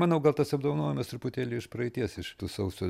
manau gal tas apdovanojimas truputėlį iš praeities iš sausio